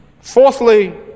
Fourthly